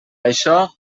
això